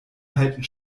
halten